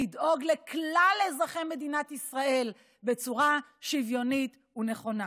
לדאוג לכלל אזרחי מדינת ישראל בצורה שוויונית ונכונה.